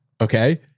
Okay